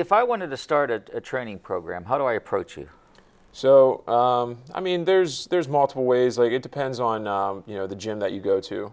if i wanted to started a training program how do i approach it so i mean there's there's multiple ways like it depends on you know the gym that you go to